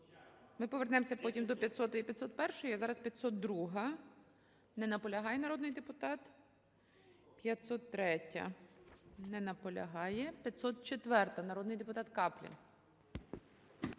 Ми повернемося потім до 500-ї і 501-ї. А зараз 502-а. Не наполягає народний депутат. 530-я. Не наполягає. 504-а, народний депутат Каплін.